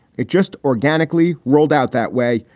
it just organically rolled out that way.